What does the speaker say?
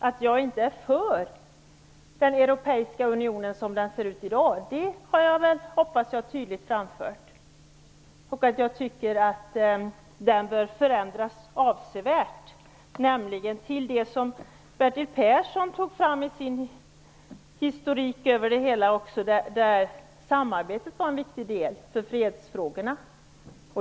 Att jag inte är för den europeiska unionen som den ser ut i dag, har jag väl tydligt framfört, och att jag tycker att den bör förändras avsevärt, nämligen till det som Bertil Persson tog upp i sin historik där samarbetet var en viktig del för fredsfrågorna.